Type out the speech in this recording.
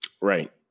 Right